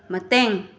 ꯃꯇꯦꯡ